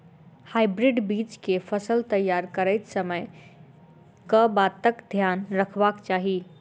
Hybrid बीज केँ फसल तैयार करैत समय कऽ बातक ध्यान रखबाक चाहि?